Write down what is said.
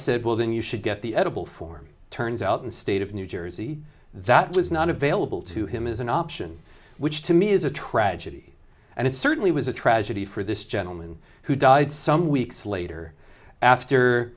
said well then you should get the edible form turns out and state of new jersey that was not available to him is an option which to me is a tragedy and it certainly was a tragedy for this gentleman who died some weeks later after